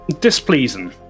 displeasing